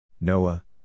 Noah